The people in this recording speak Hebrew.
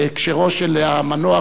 בהקשרו של המנוח,